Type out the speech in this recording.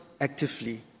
actively